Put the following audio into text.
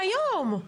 היום,